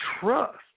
trust